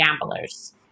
gamblers